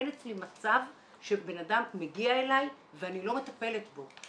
אין אצלי מצב שבן אדם מגיע אלי ואני לא מטפלת בו.